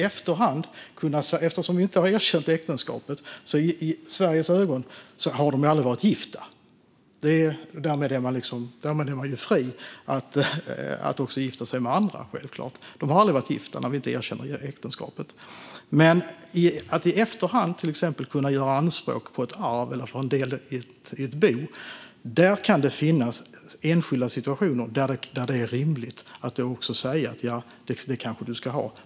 Eftersom vi inte har erkänt äktenskapet har personerna i Sveriges ögon aldrig varit gifta, och därmed är de självklart fria att gifta sig med andra. De har aldrig varit gifta när vi inte erkänner äktenskapet. Men när det gäller att i efterhand till exempel kunna göra anspråk på ett arv eller en del i ett bo kan det finnas enskilda situationer där det är rimligt att säga: Ja, det kanske du ska ha.